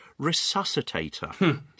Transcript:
resuscitator